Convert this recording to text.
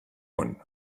one